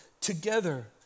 together